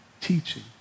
teaching